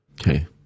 Okay